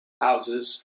houses